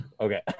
Okay